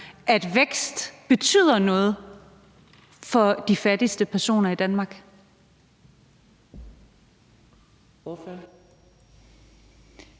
at vækst betyder noget for de fattigste personer i Danmark.